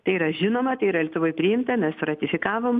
tai yra žinoma tai yra lietuvoj priimta mes ratifikavom